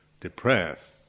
depressed